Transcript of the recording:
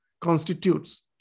constitutes